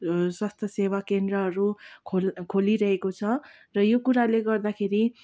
स्वास्थ्य सेवा केन्द्रहरू खोल् खोलिरहेको छ र यो कुराले गर्दाखेरि